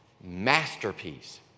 masterpiece